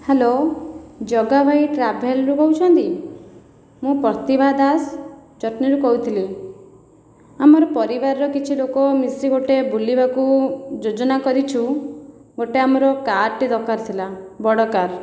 hello Jaga ଭାଇ ଟ୍ରାଭେଲରୁ କହୁଛନ୍ତି ମୁଁ ପ୍ରତିଭା ଦାସ ଜଟଣୀରୁ କହୁଥିଲି ଆମର ପରିବାରର କିଛି ଲୋକ ମିଶି ଗୋଟିଏ ବୁଲିବାକୁ ଯୋଜନା କରିଛୁ ଗୋଟିଏ ଆମର କାର୍ଟେ ଦରକାର ଥିଲା ବଡ଼ କାର୍